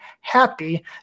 happy